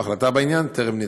והחלטה בעניין טרם ניתנה.